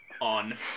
On